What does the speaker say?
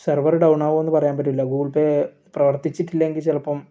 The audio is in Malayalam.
സർവർ ഡൗൺ ആവോന്ന് പറയാൻ പറ്റൂലാ ഗൂഗിൾ പേ പ്രവർത്തിച്ചിട്ടില്ലങ്കിൽ ചിലപ്പം